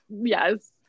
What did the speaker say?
yes